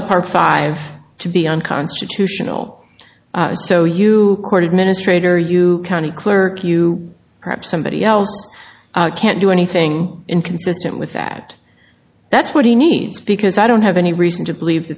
so part five to be unconstitutional so you court administrator you county clerk you perhaps somebody else can't do anything inconsistent with that that's what he needs because i don't have any reason to believe